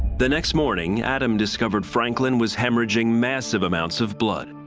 the next morning adam discovered franklin was hemorrhaging massive amounts of blood.